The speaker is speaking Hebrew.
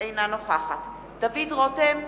אינה נוכחת דוד רותם,